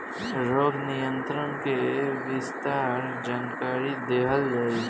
रोग नियंत्रण के विस्तार जानकरी देल जाई?